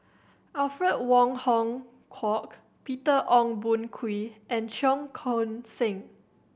Alfred Wong Hong Kwok Peter Ong Boon Kwee and Cheong Koon Seng